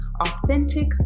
authentic